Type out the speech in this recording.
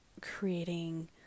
creating